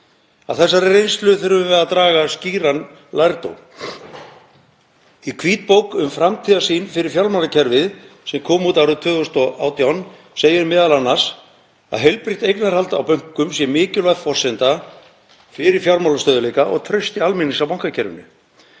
þessari reynslu þurfum við að draga skýran lærdóm. Í hvítbók um framtíðarsýn fyrir fjármálakerfið sem kom út árið 2018, segir m.a. að heilbrigt eignarhald á bönkum sé mikilvæg forsenda fyrir fjármálastöðugleika og trausti almennings á bankakerfinu.